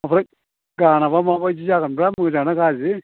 ओमफ्राय गानआबो माबायदि जागोनब्रा मोजां ना गाज्रि